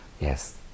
yes